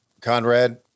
Conrad